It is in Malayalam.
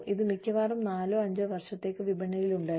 ഇത് മിക്കവാറും നാലോ അഞ്ചോ വർഷത്തേക്ക് വിപണിയിലുണ്ടായിരുന്നു